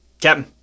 Captain